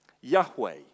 Yahweh